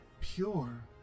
pure